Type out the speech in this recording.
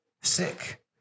sick